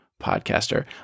podcaster